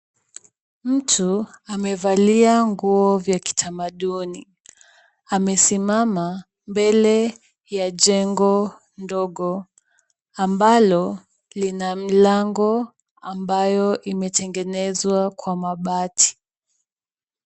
Mtu amevalia nguo za kitamaduni amesimama mbele ya jengo ndogo ambalo lina mlango ambayo imetengenezwa kwa mabati.